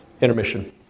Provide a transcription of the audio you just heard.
Intermission